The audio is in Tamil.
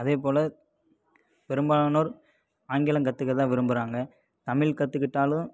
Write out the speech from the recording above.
அதேப்போல் பெரும்பாலானோர் ஆங்கிலம் கற்றுக்க தான் விரும்புகிறாங்க தமிழ் கற்றுக்கிட்டாலும்